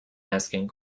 asking